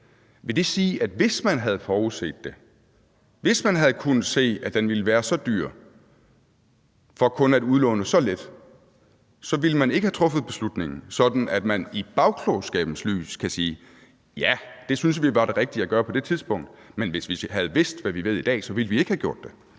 Vil det sige, at man, hvis man havde forudset det, hvis man havde kunnet se, at den for kun at udlåne så lidt ville være så dyr, så ikke ville have truffet beslutningen, sådan at man i bagklogskabens lys kunne sige, at det syntes man var det rigtige at gøre på det tidspunkt, men at man, hvis man havde vidst, hvad vi ved i dag, så ikke ville have gjort det?